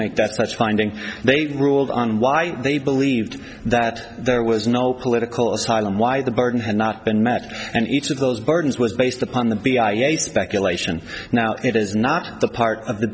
make that such finding they ruled on why they believed that there was no political asylum why the burden had not been met and each of those burdens was based upon the speculation now it is not the part of the